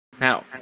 Now